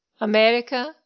america